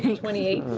twenty eight.